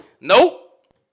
Nope